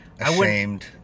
Ashamed